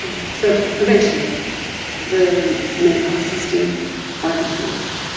so eventually the mental health system won't exist.